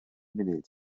munud